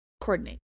coordinate